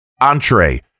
entree